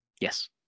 Yes